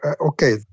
Okay